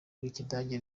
rw’ikidage